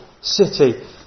city